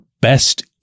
best